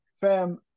fam